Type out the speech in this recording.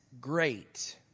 great